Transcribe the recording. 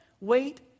wait